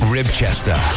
Ribchester